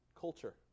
culture